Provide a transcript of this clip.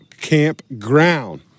Campground